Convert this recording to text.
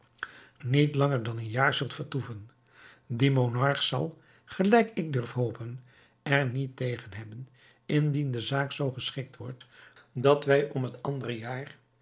niet langer dan een jaar zult vertoeven die monarch zal gelijk ik durf hopen er niet tegen hebben indien de zaak zoo geschikt wordt dat wij om het andere jaar